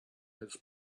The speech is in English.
his